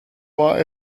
war